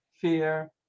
fear